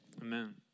Amen